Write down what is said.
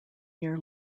year